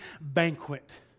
banquet